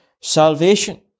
salvation